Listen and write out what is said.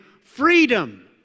freedom